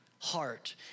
heart